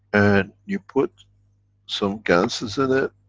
and you put some ganses in it,